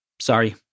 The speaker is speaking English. Sorry